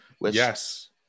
Yes